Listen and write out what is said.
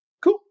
Cool